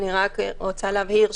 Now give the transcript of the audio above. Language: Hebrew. אבל שוב, בעקבות התגובות